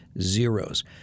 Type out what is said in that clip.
zeros